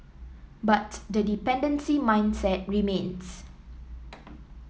but the dependency mindset remains